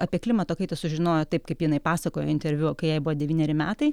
apie klimato kaitą sužinojo taip kaip jinai pasakojo interviu kai jai buvo devyneri metai